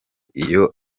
iyo